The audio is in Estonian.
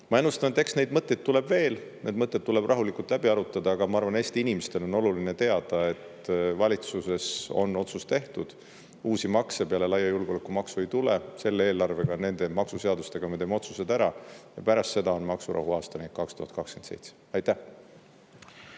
Ma ennustan, et eks neid mõtteid tuleb veel, need mõtted tuleb rahulikult läbi arutada, aga ma arvan, et Eesti inimestel on oluline teada, et valitsuses on otsus tehtud. Uusi makse peale laia julgeolekumaksu ei tule. Selle eelarvega, nende maksuseadustega me teeme otsused ära ja pärast seda on maksurahu aastani 2027. Aitäh! Ja